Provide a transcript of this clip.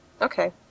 Okay